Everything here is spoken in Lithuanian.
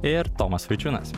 ir tomas vaičiūnas